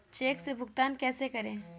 Check से भुगतान कैसे करें?